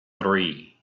three